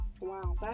Wow